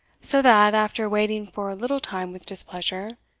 so that, after waiting for a little time with displeasure,